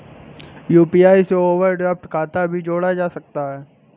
UPI से overdraft खाता भी जोड़ा जा सकता है